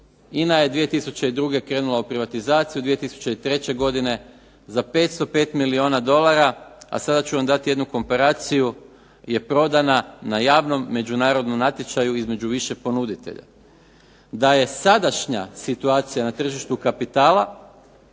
INA je 2002. krenula u privatizaciju, 2003. godine za 505 milijuna dolara, a sada ću vam dati jednu komparaciju je prodana na javnom međunarodnom natječaju između više ponuditelja. DA je sadašnja situacija na tržištu kapitala